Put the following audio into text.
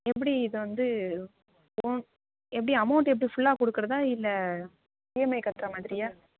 எப்படி இது வந்து ஓன் எப்படி அமௌண்ட் எப்படி ஃபுல்லாக கொடுக்கறதா இல்லை இஎம்ஐ கட்டுற மாதிரியா